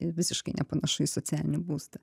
visiškai nepanašu į socialinį būstą